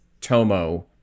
Tomo